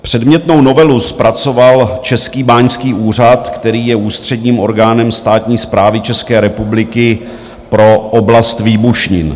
Předmětnou novelu zpracoval Český báňský úřad, který je ústředním orgánem státní správy České republiky pro oblast výbušnin.